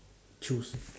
choose